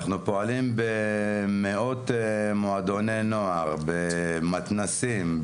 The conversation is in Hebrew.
אנחנו פועלים במאות מועדוני נוער במתנ"סים,